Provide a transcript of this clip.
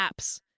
apps